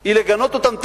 היא לגנות אותם תמיד,